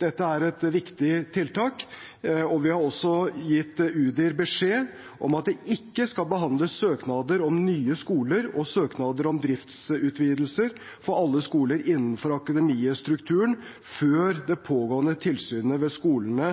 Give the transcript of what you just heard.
Dette er et viktig tiltak. Vi har også gitt Utdanningsdirektoratet beskjed om at det ikke skal behandles søknader om nye skoler og søknader om driftsutvidelser på alle skoler innenfor Akademiet-strukturen før det pågående tilsynet ved skolene